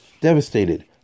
Devastated